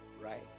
right